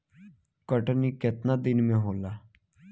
कटनी केतना दिन में होला?